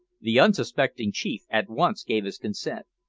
the unsuspecting chief at once gave his consent.